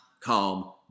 calm